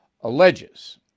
alleges